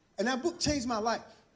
and that book changed my life.